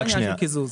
זה לא עניין של קיזוז.